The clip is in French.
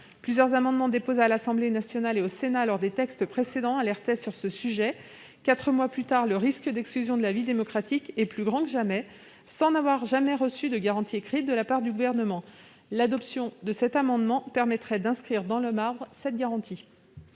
plusieurs amendements déposés à l'Assemblée nationale et au Sénat lors de l'examen des textes précédents alertaient déjà sur ce sujet. Quatre mois plus tard, le risque d'exclusion de la vie démocratique est plus grand que jamais, et nous n'avons reçu aucune garantie écrite de la part du Gouvernement. L'adoption de cet amendement permettrait d'en graver une dans le marbre. Quel